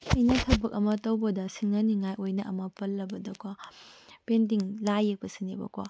ꯑꯩꯅ ꯊꯕꯛ ꯑꯃ ꯇꯧꯕꯗ ꯁꯤꯡꯅꯅꯤꯡꯉꯥꯏ ꯑꯣꯏꯅ ꯑꯃ ꯄꯜꯂꯕꯗꯀꯣ ꯄꯦꯟꯇꯤꯡ ꯂꯥꯏ ꯌꯦꯛꯄꯁꯤꯅꯦꯕꯀꯣ